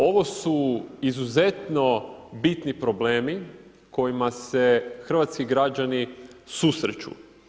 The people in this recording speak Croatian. Ovo su izuzetno bitni problemi kojima se hrvatski građani susreću.